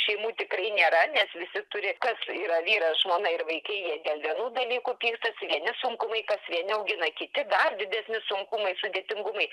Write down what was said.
šeimų tikrai nėra nes visi turi kas yra vyras žmona ir vaikai dėl vienų dalykų pykstasi vieni sunkumai kas vieni augina kiti dar didesni sunkumai sudėtingumai